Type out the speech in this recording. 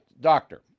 doctor